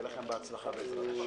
זה הסיפור המרכזי.